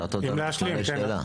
השארת אותנו עם סימני שאלה.